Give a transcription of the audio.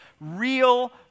real